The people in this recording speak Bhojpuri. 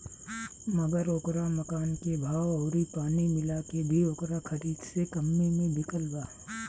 मगर ओकरा मकान के भाव अउरी पानी मिला के भी ओकरा खरीद से कम्मे मे बिकल बा